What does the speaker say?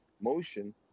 motion